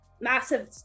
massive